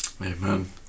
Amen